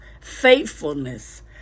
faithfulness